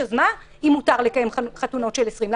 אז מה אם מותר לקיים חתונות של 20 אנשים?